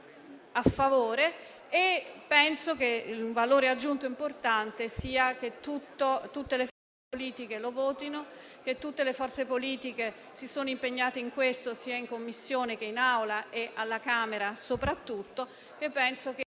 e penso che il valore aggiunto importante sia che tutte le forze politiche lo votano e che tutte le forze politiche si sono impegnate in questa direzione, sia in Commissione che in Aula, e soprattutto